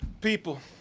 people